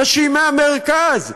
נשים מהמרכז,